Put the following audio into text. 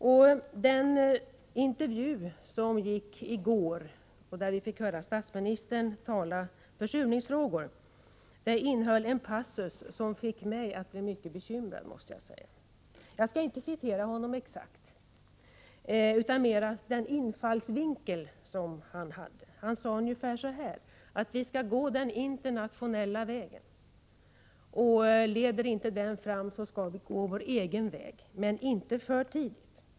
I den radiointervju i går där vi fick höra statsministern tala i försurningsfrågor fanns en passus som gjorde mig mycket bekymrad. Jag skall inte ordagrant citera statsministern utan mera beröra den infallsvinkel som han hade. Han sade ungefär: Vi skall gå den internationella vägen, och leder inte den fram skall vi gå vår egen väg, men inte för tidigt.